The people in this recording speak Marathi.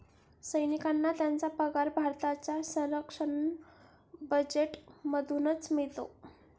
सैनिकांना त्यांचा पगार भारताच्या संरक्षण बजेटमधूनच मिळतो